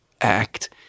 act